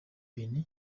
benny